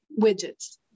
widgets